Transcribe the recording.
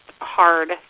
hard